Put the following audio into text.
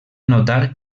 notar